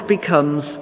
becomes